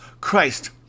Christ